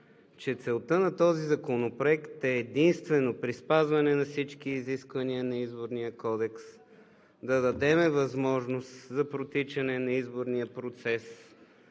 че целта на този законопроект е единствено при спазване на всички изисквания на Изборния кодекс да дадем възможност за протичане на изборния процес